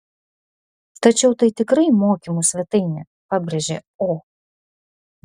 tačiau tai tikrai mokymų svetainė pabrėžė o